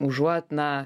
užuot na